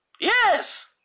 Yes